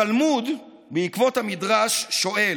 התלמוד, בעקבות המדרש, שואל: